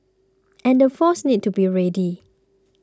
and the forces need to be ready